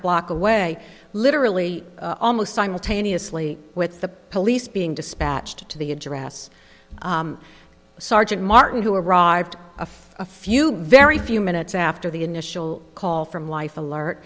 block away literally almost simultaneously with the police being dispatched to the address sergeant martin who arrived a few a few very few minutes after the initial call from life